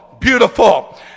beautiful